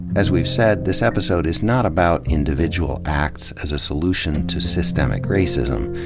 as we've said, this episode is not about individual acts as a solution to systemic racism.